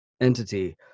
entity